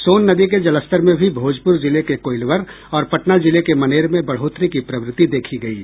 सोन नदी के जलस्तर में भी भोजपुर जिले के कोईलवर और पटना जिले के मनेर में बढ़ोतरी की प्रवृति देखी गयी